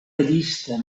llista